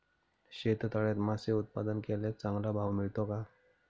शेततळ्यात मासे उत्पादन केल्यास चांगला भाव मिळतो का?